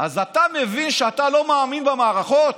אז אתה מבין שאתה לא מאמין במערכות?